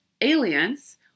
Aliens